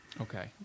okay